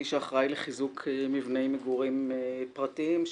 שאחראי לחיזוק מבני מגורים פרטיים,